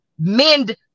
mend